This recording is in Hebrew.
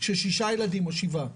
של שישה ילדים או שבעה.